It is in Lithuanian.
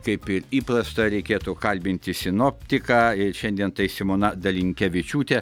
kaip ir įprasta reikėtų kalbinti sinoptiką ir šiandien tai simona dalinkevičiūtė